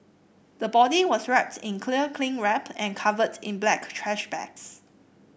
the body was wrap's in clear cling wrap and covered in black trash bags